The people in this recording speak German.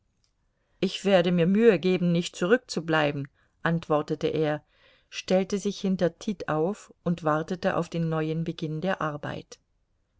ich werde mir mühe geben nicht zurückzubleiben antwortete er stellte sich hinter tit auf und wartete auf den neuen beginn der arbeit